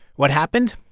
what happened?